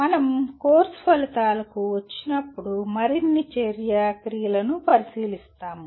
మనం కోర్సు ఫలితాలకు వచ్చినప్పుడు మరిన్ని చర్య క్రియలను పరిశీలిస్తాము